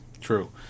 true